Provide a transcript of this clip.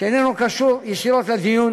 שאיננו קשור ישירות לדיון.